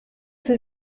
sie